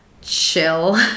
chill